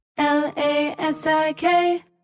L-A-S-I-K